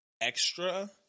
extra